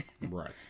Right